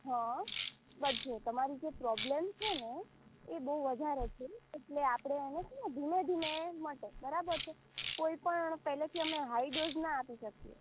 હા બધી તમારી જે પ્રોબ્લમ છે ને એ બહુ વધારે છે એટલે આપણે એને છે ને ધીમે ધીમે મટે બરાબર છે કોઈપણ પહેલેથી અમે હાઇ ડોઝ ના આપી શકીએ